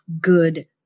good